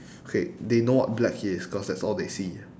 okay they know what black is cause that's all they see